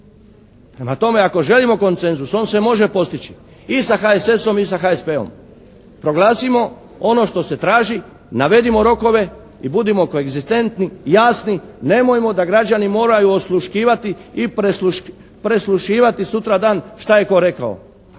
Prema tome, ako želimo konsenzus on se može postići i sa HSS-om i sa HSP-om. Proglasimo ono što se traži, navedimo rokove i budimo koegzistentni, jasni, nemojmo da građani moraju osluškivati i preslušivati sutradan šta je tko rekao.